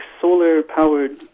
solar-powered